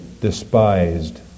despised